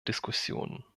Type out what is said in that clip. diskussionen